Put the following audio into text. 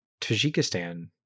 Tajikistan